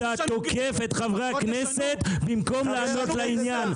אתה תוקף את חברי הכנסת במקום לענות לעניין.